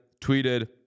tweeted